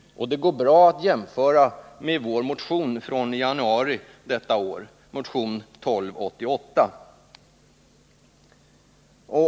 Det går bra att jämföra med vår motion 1288 från i januari i år.